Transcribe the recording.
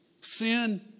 sin